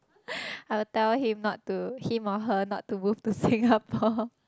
I will tell him not to him or her not to move to Singapore